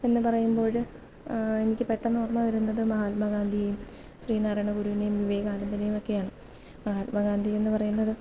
എന്ന് പറയുമ്പോള് എനിക്ക് പെട്ടെന്ന് ഓർമ്മ വരുന്നത് മഹാത്മാഗാന്ധിയെയും ശ്രീനാരായണ ഗുരുവിനെയും വിവേകാനന്ദനെയും ഒക്കെയാണ് മഹാത്മാഗാന്ധി എന്ന് പറയുന്നത്